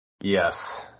Yes